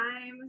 time